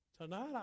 Tonight